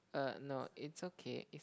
uh no it's okay if